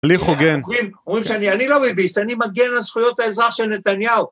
לי חוגן. רואים שאני אני לא מבין, אני מגן על זכויות האזרח של נתניהו.